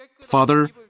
Father